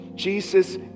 Jesus